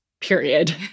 period